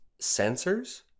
sensors